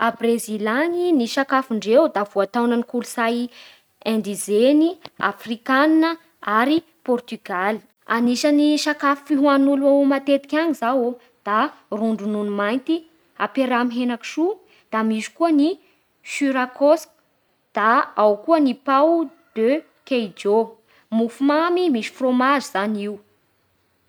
A Brezila any da voataon'ny kolotsay indizeny, afrikanina, ary pôrtigaly Anisan'ny sakafo fihoanin'olo matetika any zao da ron-dronono mainty ampiaraha amin'ny hena kisoa. Da misy koa ny sira cosy, da ao koa ny pao de queijo, mofo mamy misy frômazy zany io